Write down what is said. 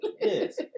Yes